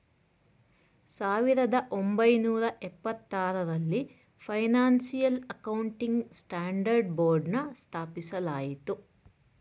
ಸಾವಿರದ ಒಂಬೈನೂರ ಎಪ್ಪತಾರರಲ್ಲಿ ಫೈನಾನ್ಸಿಯಲ್ ಅಕೌಂಟಿಂಗ್ ಸ್ಟ್ಯಾಂಡರ್ಡ್ ಬೋರ್ಡ್ನ ಸ್ಥಾಪಿಸಲಾಯಿತು